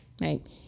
Right